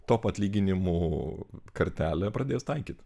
top atlyginimų kartelę pradės taikyt